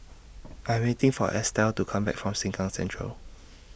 I'm waiting For Estela to Come Back from Sengkang Central